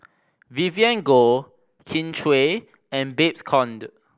Vivien Goh Kin Chui and Babes Conde